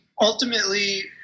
ultimately